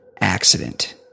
accident